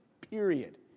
period